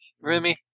Remy